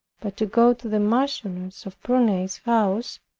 but to go to the marchioness of prunai's house,